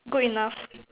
good enough